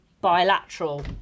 bilateral